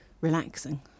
relaxing